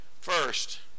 First